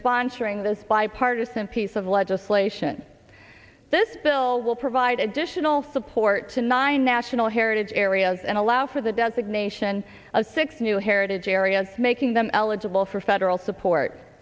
sponsoring this bipartisan piece of legislation this bill will provide additional support to nine national heritage areas and allow for the designation of six new heritage areas making them eligible for federal support